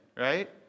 right